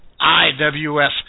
IWS